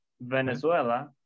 Venezuela